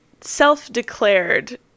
self-declared